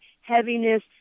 heaviness